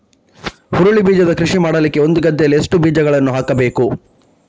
ಹುರುಳಿ ಬೀಜದ ಕೃಷಿ ಮಾಡಲಿಕ್ಕೆ ಒಂದು ಗದ್ದೆಯಲ್ಲಿ ಎಷ್ಟು ಬೀಜಗಳನ್ನು ಹಾಕಬೇಕು?